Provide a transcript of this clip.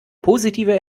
positive